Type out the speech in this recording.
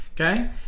okay